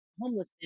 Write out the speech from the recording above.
homelessness